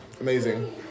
Amazing